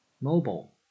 Mobile